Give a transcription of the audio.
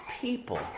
people